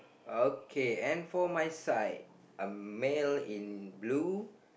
okay and for my side a male in blue